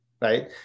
Right